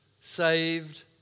saved